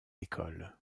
école